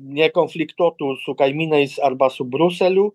nekonfliktuotų su kaimynais arba su briuseliu